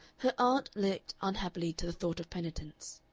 her aunt leaped unhappily to the thought of penitence.